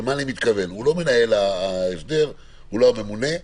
הוא לא מנהל ההסדר, הוא לא הממונה,